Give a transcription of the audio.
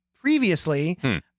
previously